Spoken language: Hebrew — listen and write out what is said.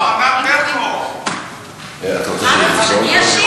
לא, ענת ברקו, מה אתה רוצה, שאני אשיר?